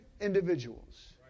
individuals